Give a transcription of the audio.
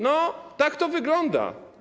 No, tak to wygląda.